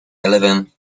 eleventh